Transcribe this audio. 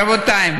רבותי,